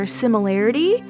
similarity